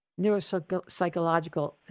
neuropsychological